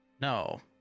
No